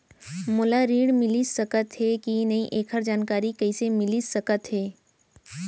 मोला ऋण मिलिस सकत हे कि नई एखर जानकारी कइसे मिलिस सकत हे?